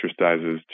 exercises